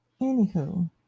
anywho